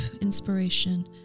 inspiration